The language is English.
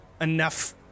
enough